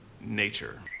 nature